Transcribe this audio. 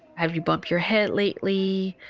have you bumped your head lately?